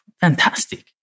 fantastic